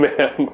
Man